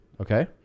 okay